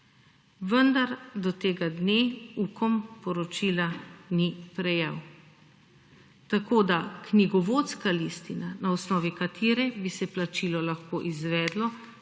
vendar do tega dne UKOM poročila ni prejel. Tako, da knjigovodska listina, na osnovi katere bi se plačilo lahko izvedlo